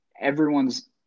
everyone's